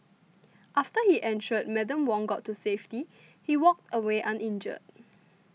after he ensured Madam Wong got to safety he walked away uninjured